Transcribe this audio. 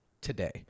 today